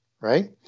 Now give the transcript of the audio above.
right